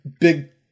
big